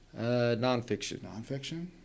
Nonfiction